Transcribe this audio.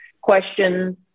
question